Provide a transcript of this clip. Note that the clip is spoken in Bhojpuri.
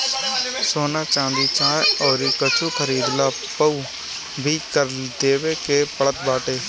सोना, चांदी चाहे अउरी कुछु खरीदला पअ भी कर देवे के पड़त बाटे